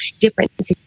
different